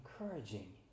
encouraging